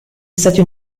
stati